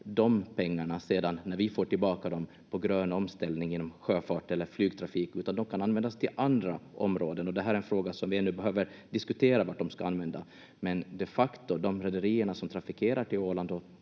de pengarna — sedan när vi får tillbaka dem — på grön omställning inom sjöfart eller flygtrafik, utan de kan användas till andra områden. Det här är en fråga som vi ännu behöver diskutera, vad de ska användas till, men de facto säger rederierna som trafikerar till Åland